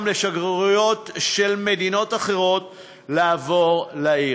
לשגרירויות של מדינות אחרות לעבור לעיר.